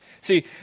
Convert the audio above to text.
See